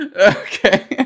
Okay